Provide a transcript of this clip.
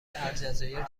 الجزایر